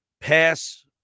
Pass